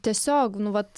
tiesiog nu vat